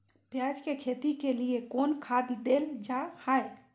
प्याज के खेती के लिए कौन खाद देल जा हाय?